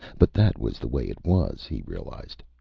but that was the way it was, he realized.